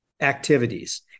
activities